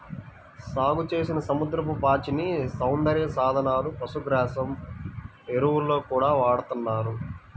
సాగుచేసిన సముద్రపు పాచిని సౌందర్య సాధనాలు, పశుగ్రాసం, ఎరువుల్లో గూడా వాడతన్నారు